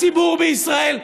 הציבור בישראל,